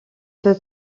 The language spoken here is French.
peu